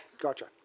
gotcha